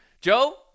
Joe